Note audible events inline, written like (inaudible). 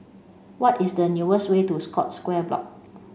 what is the (unintelligible) way to Scotts Square Block